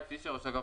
ממשרד ראש הממשלה.